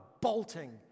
bolting